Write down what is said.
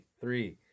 three